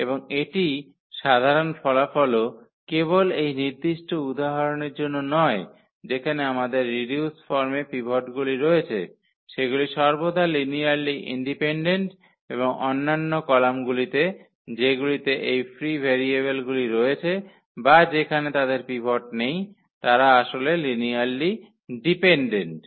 এবং এটি সাধারণ ফলাফলও কেবল এই নির্দিষ্ট উদাহরণের জন্য নয় যেখানে আমাদের রিডিউস ফর্মে পিভটগুলি রয়েছে সেগুলি সর্বদা লিনিয়ারলি ইন্ডিপেনডেন্ট এবং অন্যান্য কলামগুলিতে যেগুলিতে এই ফ্রি ভেরিয়েবলগুলি রয়েছে বা যেখানে তাদের পিভট নেই তারা আসলে লিনিয়ারলি ডিপেনডেন্ট